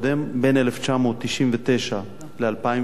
בין 1999 ל-2009,